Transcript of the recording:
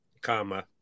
Comma